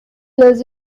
los